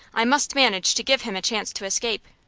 i must manage to give him a chance to escape.